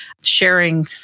sharing